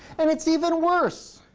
and it's even worse.